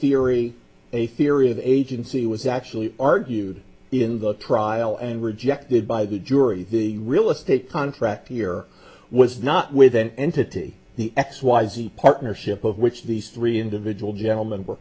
theory a theory of agency was actually argued in the trial and rejected by the jury the real estate contract here was not with an entity the x y z partnership of which these three individual gentlemen were